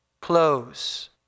close